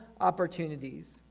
opportunities